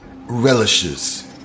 relishes